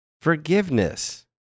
Forgiveness